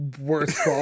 worst